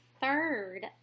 third